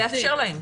מאפשרים להם.